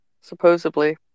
supposedly